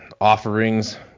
offerings